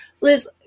Liz